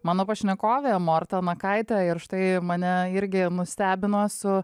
mano pašnekovė morta nakaitė ir štai mane irgi nustebino su